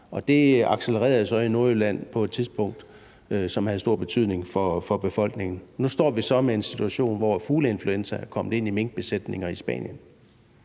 det accelererede så i Nordjylland på et tidspunkt, hvilket havde stor betydning for befolkningen. Nu står vi så med en situation, hvor fugleinfluenza er kommet ind i minkbesætninger i Spanien,